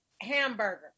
hamburger